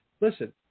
Listen